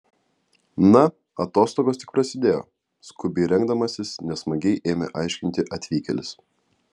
na atostogos tik prasidėjo skubiai rengdamasis nesmagiai ėmė aiškinti atvykėlis